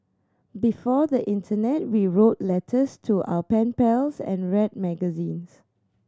before the internet we wrote letters to our pen pals and read magazines